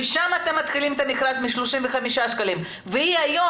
ושם אתם מתחילים את המכרז מ-35 שקלים והיא היום